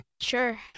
Sure